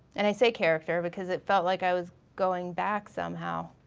and i say character because it felt like i was going back somehow.